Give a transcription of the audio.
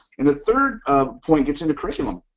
and the third um point gets into curriculum.